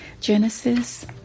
Genesis